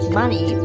money